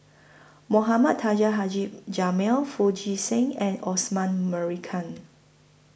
Mohamed Taha Haji Jamil Foo Chee San and Osman Merican